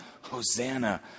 Hosanna